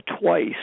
twice